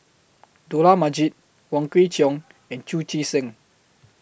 Dollah Majid Wong Kwei Cheong and Chu Chee Seng